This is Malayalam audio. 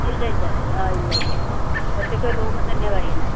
ഇല്ല ഇല്ല ആ ഇല്ല ഇല്ല ഒറ്റയ്ക്കൊരു റൂമിൽത്തന്നെയാണ് കഴിയുന്നത്